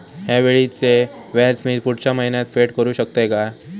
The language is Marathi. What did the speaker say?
हया वेळीचे व्याज मी पुढच्या महिन्यात फेड करू शकतय काय?